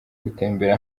gutembera